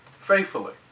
faithfully